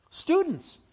Students